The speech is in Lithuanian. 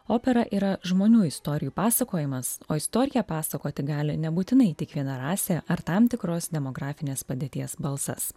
opera yra žmonių istorijų pasakojimas o istoriją pasakoti gali nebūtinai tik viena rasė ar tam tikros demografinės padėties balsas